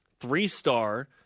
three-star